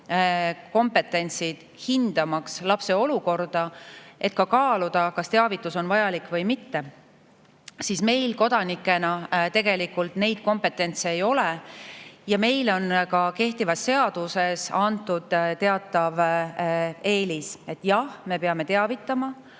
kompetentsed, hindamaks lapse olukorda, et ka kaaluda, kas teavitus on vajalik või mitte, siis meil kodanikena tegelikult seda kompetentsi ei ole. Ja meile on ka kehtivas seaduses antud teatav eelis: jah, me peame teavitama,